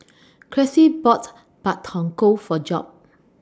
Cressie bought Pak Thong Ko For Job